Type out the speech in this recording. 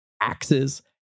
axes